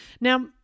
Now